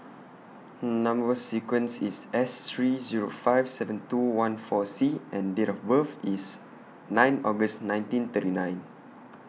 Number sequence IS S three Zero five seven two one four C and Date of birth IS nine August nineteen thirty nine